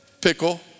Pickle